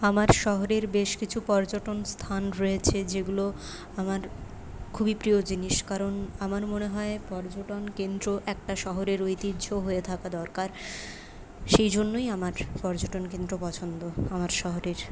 আমার শহরের বেশ কিছু পর্যটন স্থান রয়েছে যেগুলো আমার খুবই প্রিয় জিনিস কারণ আমার মনে হয় পর্যটন কেন্দ্র একটা শহরের ঐতিহ্য হয়ে থাকা দরকার সেই জন্যই আমার পর্যটন কেন্দ্র পছন্দ আমার শহরের